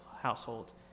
household